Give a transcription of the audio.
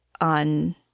on